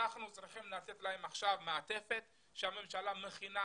אנחנו צריכים לתת להם עכשיו מעטפת כאשר הממשלה מכינה